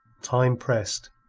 time pressed.